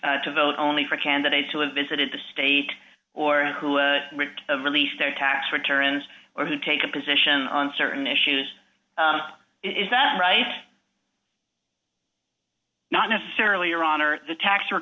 to vote only for candidates who have visited the state or who released their tax returns or who take a position on certain issues is that right not necessarily or honor the tax